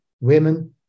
women